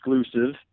exclusive